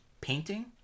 painting